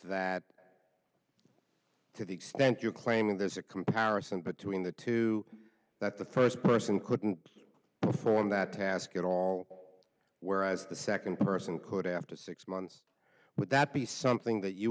that to the extent you're claiming there's a comparison between the two that the first person couldn't perform that task at all whereas the second person could after six months but that be something that you